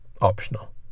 optional